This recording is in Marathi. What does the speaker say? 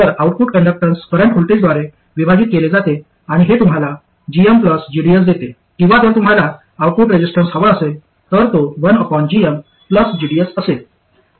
तर आउटपुट कंडक्टन्स करंट व्होल्टेजद्वारे विभाजित केले जाते आणि हे तुम्हाला gm gds देते किंवा जर तुम्हाला आउटपुट रेझिस्टन्स हवा असेल तर तो 1gmgds असेल